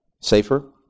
safer